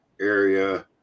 area